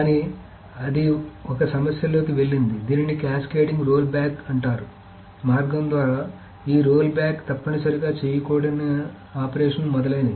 కానీ అది ఒక సమస్య లోకి వెళ్ళింది దీనిని క్యాస్కేడింగ్ రోల్ బాక్స్ అంటారు మార్గం ద్వారా ఈ రోల్బ్యాక్ తప్పనిసరిగా చేయకుడిన ఆపరేషన్ మొదలైనవి